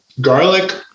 garlic